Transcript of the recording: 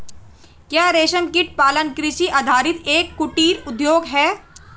क्या रेशमकीट पालन कृषि आधारित एक कुटीर उद्योग है?